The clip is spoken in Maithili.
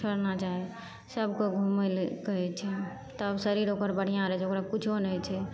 छोड़ना चाही सभकेँ घुमैलए कहै छै तब शरीर ओकर बढ़िआँ रहै छै ओकरा किछु नहि होइ छै